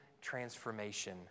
transformation